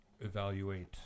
evaluate